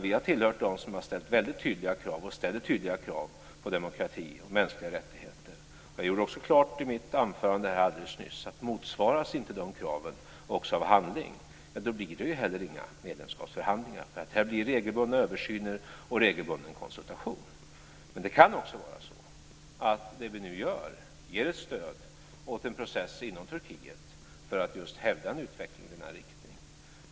Vi har tillhört dem som har ställt och ställer väldigt tydliga krav på demokrati och mänskliga rättigheter. Jag gjorde också klart i mitt anförande här alldeles nyss att om inte dessa krav motsvaras också av handling, blir det heller inga medlemskapsförhandlingar, för här kommer det att ske regelbundna översyner och regelbunden konsultation. Men det kan också vara så att det som vi nu gör ger ett stöd åt en process inom Turkiet för att just hävda en utveckling i denna riktning.